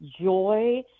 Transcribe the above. joy